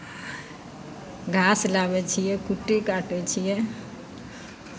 घास लाबै छियै कुट्टी काटै छियै